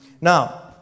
Now